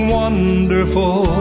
wonderful